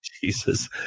Jesus